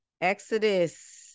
Exodus